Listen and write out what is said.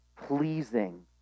pleasing